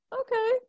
Okay